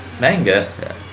Manga